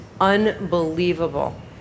unbelievable